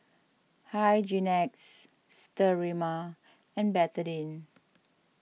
Hygin X Sterimar and Betadine